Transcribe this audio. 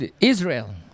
Israel